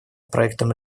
проектам